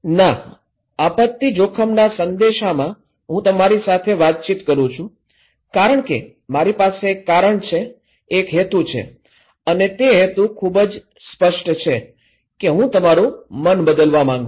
ના આપત્તિ જોખમના સંદેશામાં હું તમારી સાથે વાતચીત કરું છું કારણ કે મારી પાસે એક કારણ છે એક હેતુ છે અને તે હેતુ ખૂબ સ્પષ્ટ છે કે હું તમારું મન બદલવા માંગું છું